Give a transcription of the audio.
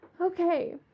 Okay